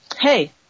hey